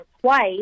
twice